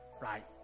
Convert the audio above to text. right